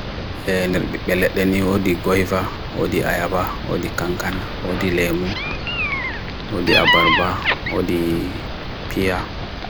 Neɓbi ɗe naangeji ɗiɗi a waawna.